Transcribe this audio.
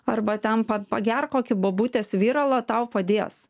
arba ten pagerk kokį bobutės viralą tau padės